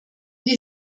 die